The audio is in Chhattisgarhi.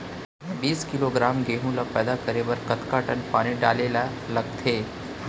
बीस किलोग्राम गेहूँ ल पैदा करे बर कतका टन पानी डाले ल लगथे?